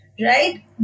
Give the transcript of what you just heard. right